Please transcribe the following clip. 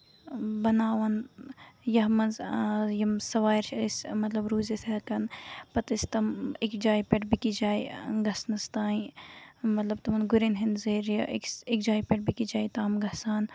بَناوان یَتھ منٛز یِم سَوارِ چھِ أسۍ مطلب روٗزِتھ ہٮ۪کان پَتہٕ ٲسۍ تٔمۍ أکہِ جایہِ پٮ۪ٹھ بیٚیہِ کِس جایہِ گژھنَس تانۍ مطلب تِمن گُرین ہِندۍ ذٔریعہِ أکِس أکۍ جایہِ پٮ۪ٹھ بیٚیہِ کہِ جایہِ تام گژھان